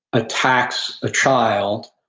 attacks a child,